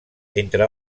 entre